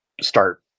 start